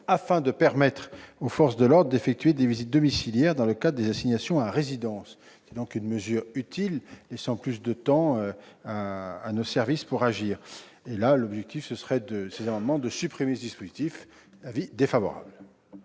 afin de permettre aux forces de l'ordre d'effectuer des visites domiciliaires dans le cadre des assignations à résidence. C'est une mesure utile, laissant plus de temps à nos services pour agir. Ces amendements ayant pour objet de supprimer le dispositif, l'avis est défavorable.